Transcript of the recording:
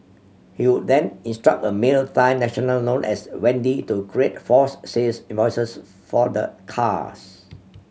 he would then instruct a male Thai national known as Wendy to create false sales invoices for the cars